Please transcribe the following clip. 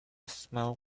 smile